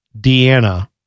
Deanna